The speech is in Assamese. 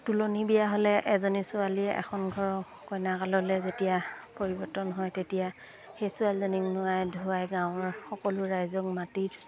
তোলনী বিয়া হ'লে এজনী ছোৱালীয়ে এখন ঘৰৰ কইনাকাললৈ যেতিয়া পৰিৱৰ্তন হয় তেতিয়া সেই ছোৱালীজনীক নোৱাই ধোৱাই গাঁৱৰ সকলো ৰাইজক মাতি